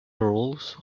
rolls